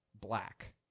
black